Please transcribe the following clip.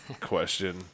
question